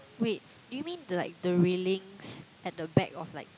wait do you mean like the railings at the back of like